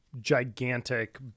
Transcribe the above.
gigantic